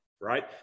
Right